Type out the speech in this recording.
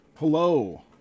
Hello